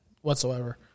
whatsoever